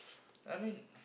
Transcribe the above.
I mean